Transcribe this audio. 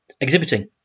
exhibiting